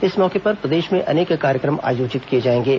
इस मौके पर प्रदेश में अनेक कार्यक्रम आयोजित किए जाएंगे